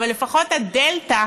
אבל לפחות הדלתא